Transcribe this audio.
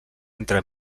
entre